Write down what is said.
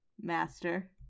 master